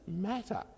matter